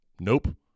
Nope